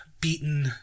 beaten